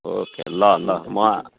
okay ल ल म